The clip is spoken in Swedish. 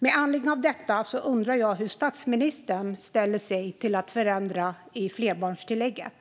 Med anledning av detta undrar jag hur statsministern ställer sig till att förändra flerbarnstillägget.